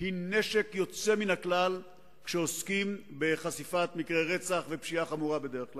היא נשק יוצא מן הכלל כשעוסקים בחשיפת מקרי רצח ופשיעה חמורה בדרך כלל.